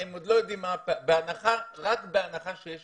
וכמו בניצולי שואה רק במספרים הרבה יותר גדולים.